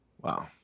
Wow